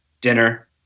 dinner